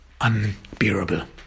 Unbearable